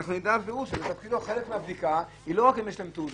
שאנחנו נדע בפירוש שחלק מהבדיקה היא לא רק אם יש להם תעודה.